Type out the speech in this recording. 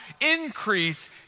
increase